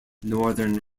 northern